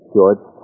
George